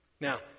Now